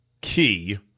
Key